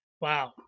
wow